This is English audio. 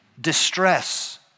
distress